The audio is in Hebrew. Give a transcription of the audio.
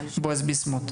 בועז ביסמוט.